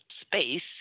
space